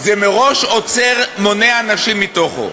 זה מראש עוצר, מונע נשים מתוכו.